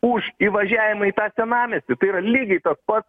už įvažiavimą į tą senamistį tai yra lygiai tas pats